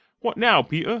what now, peter?